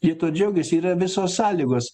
jie tuo džiaugiasi yra visos sąlygos